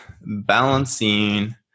balancing